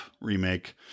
remake